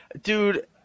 dude